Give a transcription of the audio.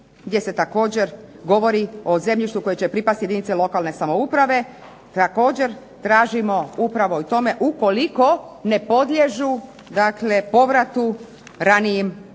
gdje se također govori o zemljištu koje će pripasti jedinice lokalne samouprave, također tražimo upravo u tome ukoliko ne podliježu povratu ranijim